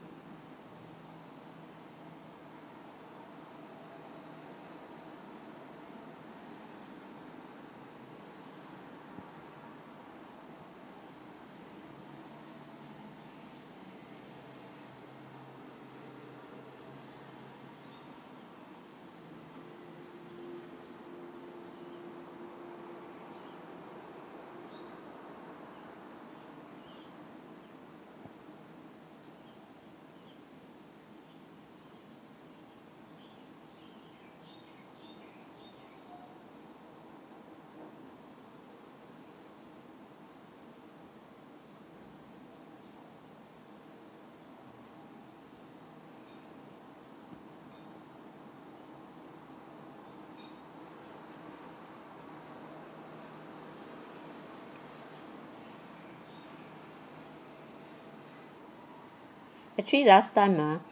actually last time ah